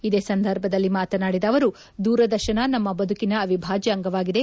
ಇದೇ ಸಂದರ್ಭದಲ್ಲಿ ಮಾತನಾಡಿದ ಅವರು ದೂರದರ್ಶನ ನಮ್ಮ ಬದುಕಿನ ಅವಿಭಾದ್ಯ ಅಂಗವಾಗಿದೆ